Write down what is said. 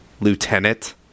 Lieutenant